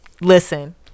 listen